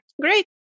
Great